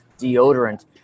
deodorant